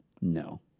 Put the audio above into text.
No